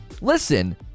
Listen